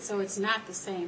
so it's not the same